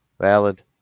Valid